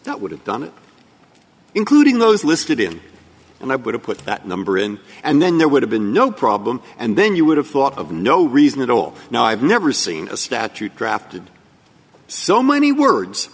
that would have done including those listed in and i would have put that number in and then there would have been no problem and then you would have thought of no reason at all no i've never seen a statute drafted so many words